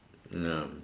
ah